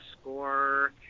score